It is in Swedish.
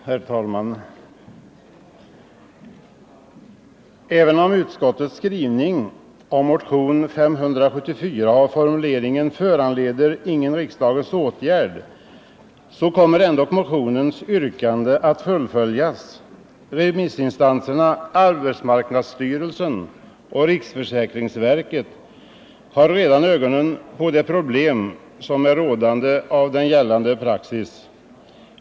Herr talman! Även om utskottets skrivning om motionen 574 har formuleringen ”föranleder ingen riksdagens åtgärd”, så kommer ändock motionens yrkande att fullföljas. Remissinstanserna, arbetsmarknadsstyrelsen och riksförsäkringsverket har redan ögonen på det problem som är förknippat med nu gällande praxis.